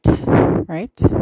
right